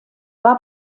war